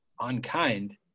unkind